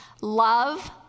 Love